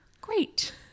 Great